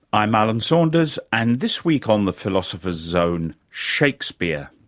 i'm alan saunders and this week on the philosopher's zone shakespeare,